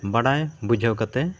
ᱵᱟᱲᱟᱭ ᱵᱩᱡᱷᱟᱹᱣ ᱠᱟᱛᱮᱫ